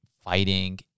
fighting